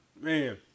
Man